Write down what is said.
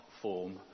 form